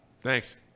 Thanks